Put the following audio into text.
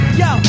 yo